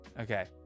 okay